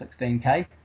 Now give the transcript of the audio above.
16k